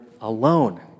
alone